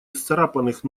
исцарапанных